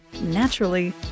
naturally